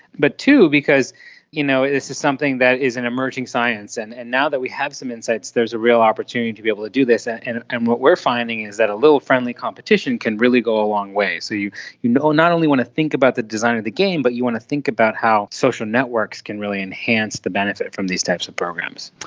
but also because you know this is something that is an emerging science, and and now that we have some insights there is a real opportunity to be able to do this. ah and and what we are finding is that a little friendly competition can really go a long way. so you you know not only want to think about the design of the game, but you want to think about how social networks can really enhance the benefit from these types of programs.